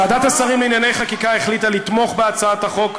ועדת השרים לענייני חקיקה החליטה לתמוך בהצעת החוק,